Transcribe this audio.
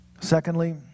Secondly